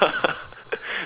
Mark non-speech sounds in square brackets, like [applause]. [laughs]